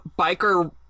biker